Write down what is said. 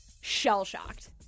shell-shocked